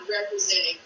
representing